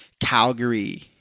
Calgary